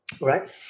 Right